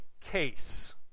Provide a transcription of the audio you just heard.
case